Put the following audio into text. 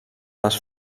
les